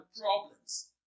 problems